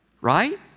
Right